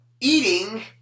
eating